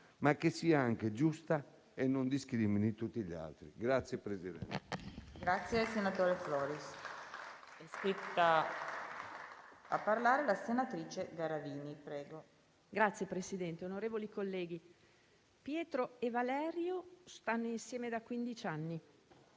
ma che sia anche giusta e non discrimini tutti gli altri.